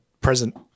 present